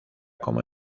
como